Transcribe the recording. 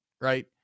right